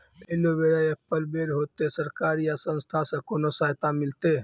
Aloe vera या apple बैर होते? सरकार या संस्था से कोनो सहायता मिलते?